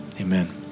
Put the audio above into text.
Amen